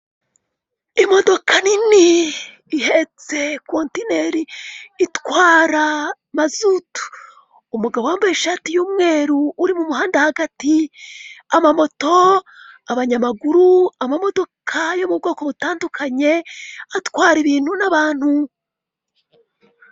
Imodoka nini ihetse kontineri itwara mazutu umugabo wambaye ishati yumweru uri mu muhanda hagati, amamoto, abanyamaguru, amamodoka y'ubwoko butandukanye, atwara ibintu n'abantu.